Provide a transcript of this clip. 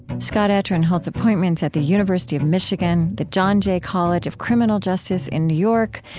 scott atran holds appointments at the university of michigan, the john jay college of criminal justice in new york,